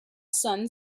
sun